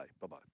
Bye-bye